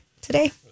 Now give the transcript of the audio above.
today